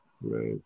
Right